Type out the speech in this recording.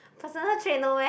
personal trait no meh